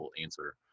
answer